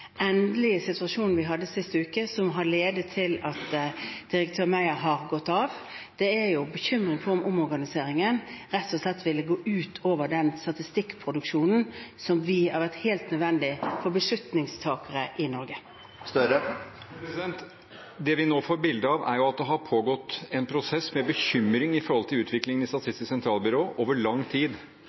endelige situasjonen vi hadde sist uke, som har ledet til at direktør Meyer har gått av, er bekymringen for om organiseringen rett og slett ville gå ut over den statistikkproduksjonen som har vært helt nødvendig for beslutningstakere i Norge. Det vi nå får et bilde av, er at det har pågått en prosess med bekymring for utviklingen i Statistisk sentralbyrå over lang tid,